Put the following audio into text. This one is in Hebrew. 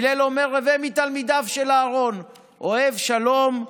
הלל אומר הווי מתלמידיו של אהרן, אוהב שלום,